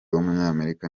w’umunyamerika